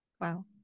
Wow